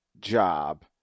job